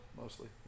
Mostly